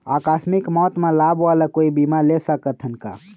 आकस मिक मौत म लाभ वाला कोई बीमा ले सकथन का?